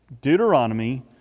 Deuteronomy